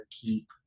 keep